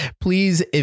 please